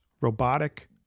robotic